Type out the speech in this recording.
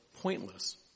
pointless